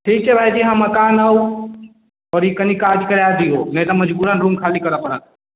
ठीक छै भाइजी अहाँ मकान आ आओर ई कनि काज कराय दिऔ नहि तऽ मजबूरन रूम खाली करऽ पड़त